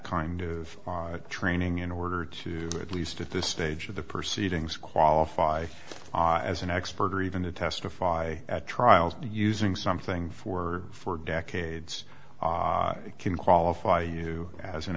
kind of training in order to at least at this stage of the proceedings qualify as an expert or even to testify at trials using something for for decades it can qualify you as an